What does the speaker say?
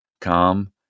calm